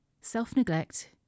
self-neglect